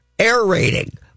aerating